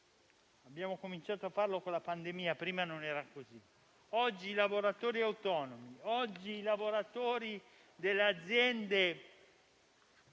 abbiamo cominciato a farlo con la pandemia perché prima non era così. Oggi i lavoratori autonomi e i lavoratori delle aziende